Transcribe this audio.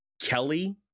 Kelly